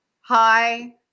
hi